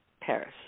Paris